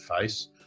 face